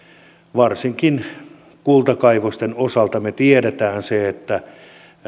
varsinkin kultakaivosten osalta me tiedämme sen että